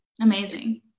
amazing